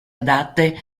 adatte